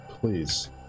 please